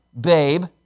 babe